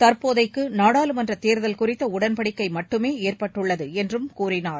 தற்போதைக்கு நாடாளுமன்ற தேர்தல் குறித்த உடன்படிக்கை மட்டுமே ஏற்பட்டுள்ளது என்றும் கூறினார்